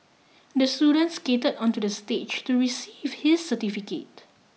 the student skated onto the stage to receive his certificate